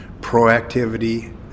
proactivity